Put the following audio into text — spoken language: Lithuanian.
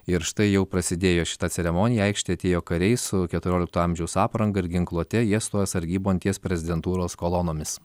ir štai jau prasidėjo šita ceremonija į aikštę atėjo kariai su keturiolikto amžiaus apranga ir ginkluote jie stojo sargybon ties prezidentūros kolonomis